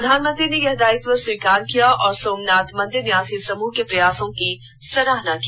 प्रधानमंत्री ने यह दायित्व स्वीकार किया और सोमनाथ मंदिर न्यासी समूह के प्रयासों की सराहना की